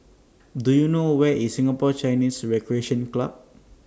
Do YOU know Where IS Singapore Chinese Recreation Club